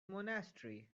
monastery